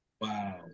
wow